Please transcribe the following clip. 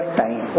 time